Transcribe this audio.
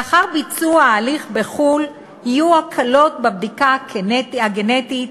לאחר ביצוע ההליך בחו"ל יהיו הקלות בבדיקה הגנטית,